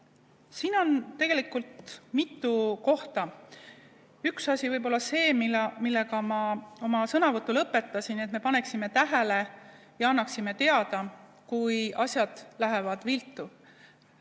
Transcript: Siin on tegelikult mitu kohta. Üks asi võib olla see, millega ma oma sõnavõtu lõpetasin: et me paneksime tähele ja annaksime teada, kui asjad lähevad viltu.